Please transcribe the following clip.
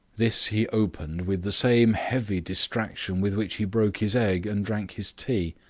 this he opened with the same heavy distraction with which he broke his egg and drank his tea.